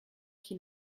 qui